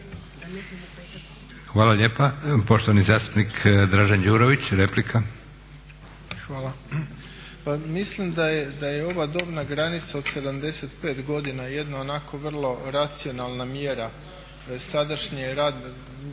Hvala lijepa. Poštovani zastupnik Dražen Đurović, replika. **Đurović, Dražen (HDSSB)** Hvala. Pa mislim da je ova dobna granica od 75 godina jedna onako vrlo racionalna mjera sadašnje radne,